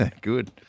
Good